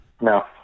No